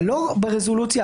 לא ברזולוציה,